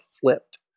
flipped